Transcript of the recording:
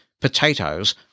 potatoes